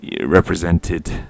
represented